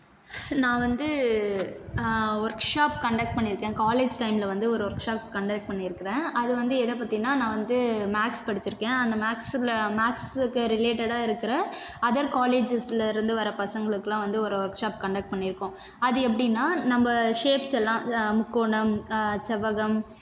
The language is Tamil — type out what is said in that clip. நான் வந்து ஒர்க் ஷாப் கண்டெக்ட் பண்ணியிருக்கேன் காலேஜ் டைமில் வந்து ஒரு ஒர்க் ஷாப் கண்டெக்ட் பண்ணிருக்கிறேன் அது வந்து எதை பற்றினா நான் வந்து மேக்ஸ் படித்திருக்கேன் அந்த மேக்ஸ்ல மேக்ஸுக்கு ரிலேட்டடாக இருக்கிற அதர் காலேஜஸில் இருந்து வர்ற பசங்களுக்கெல்லாம் வந்து ஒரு ஒர்க் ஷாப் கண்டெக்ட் பண்ணியிருக்கோம் அது எப்படினா நம்ம ஸேப்ஸ் எல்லாம் முக்கோணம் செவ்வகம்